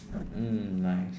mm nice